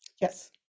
Yes